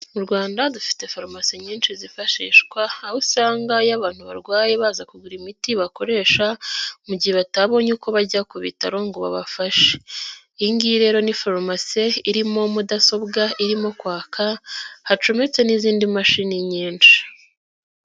Mu Rwanda dufite farumasi nyinshi zifashishwa, aho usanga iyo abantu barwaye baza kugura imiti bakoresha mu gihe batabonye uko bajya ku bitaro ngo babafashe. Iyingiyi rero ni farumase irimo mudasobwa irimo kwaka hacometse n'izindi mashini nyinshi.